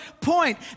point